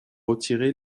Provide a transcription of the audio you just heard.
retirés